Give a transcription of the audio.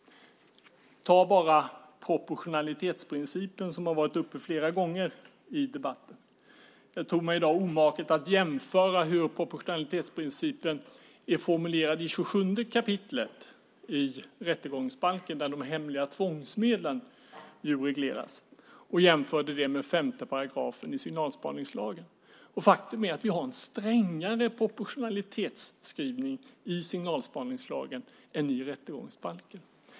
Ta bara proportionalitetsprincipen, som har varit uppe flera gånger i debatten. Jag gjorde mig i dag omaket att jämföra formuleringen av proportionalitetsprincipen i 27 kap. i rättegångsbalken, där de hemliga tvångsmedlen regleras, med 5 § i signalspaningslagen. Faktum är att vi har en strängare proportionalitetsskrivning i signalspaningslagen än i rättegångsbalken.